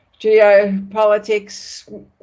geopolitics